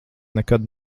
nekad